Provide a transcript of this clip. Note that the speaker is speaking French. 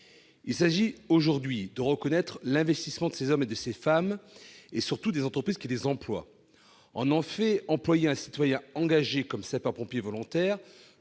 Il s'agit aujourd'hui de reconnaître l'investissement de ces hommes et de ces femmes et des structures qui les emploient. En effet, employer un citoyen engagé en tant que sapeur-pompier volontaire